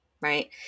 right